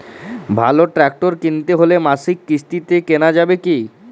ভালো ট্রাক্টর কিনতে হলে মাসিক কিস্তিতে কেনা যাবে কি?